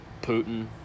Putin